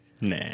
Nah